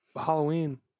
Halloween